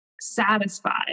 satisfied